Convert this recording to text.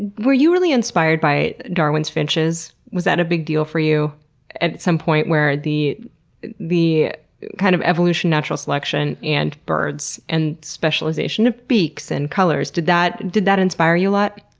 were you really inspired by darwin's finches? was that a big deal for you at some point where the the kind of evolution, natural selection, and birds, and specialization of beaks, and colors, did that did that inspire you a lot?